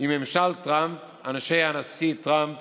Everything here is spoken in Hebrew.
עם ממשל טראמפ, אנשי הנשיא טראמפ